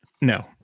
no